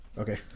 Okay